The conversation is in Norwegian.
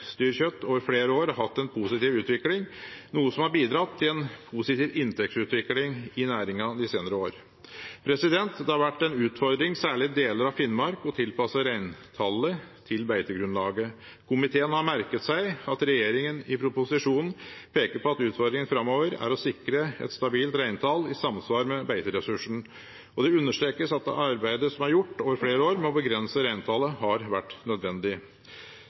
reinsdyrkjøtt over flere år har hatt en positiv utvikling, noe som har bidratt til en positiv inntektsutvikling i næringen de senere år. Det har vært en utfordring, særlig i deler av Finnmark, å tilpasse reintallet til beitegrunnlaget. Komiteen har merket seg at regjeringen i proposisjonen peker på at utfordringen framover er å sikre et stabilt reintall i samsvar med beiteressursen. Det understrekes at det arbeidet som er gjort over flere år for å begrense reintallet, har vært nødvendig.